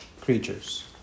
creatures